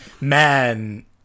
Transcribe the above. Man